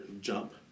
jump